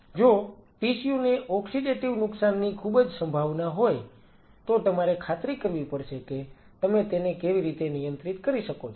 જો ટીસ્યુ ને ઓક્સિડેટીવ નુકસાનની ખૂબ જ સંભાવના હોય તો તમારે ખાતરી કરવી પડશે કે તમે તેને કેવી રીતે નિયંત્રિત કરી શકો છો